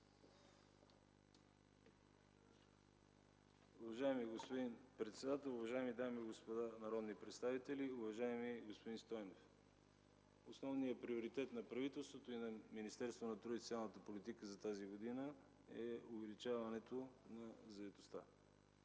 Уважаеми господин председател, уважаеми дами и господа народни представители, уважаеми господин Стойнев! Основният приоритет на правителството и на Министерството на труда и социалната политика за тази година е увеличаването на заетостта